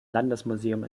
landesmuseum